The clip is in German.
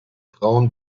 frauen